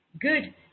Good